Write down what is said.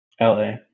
LA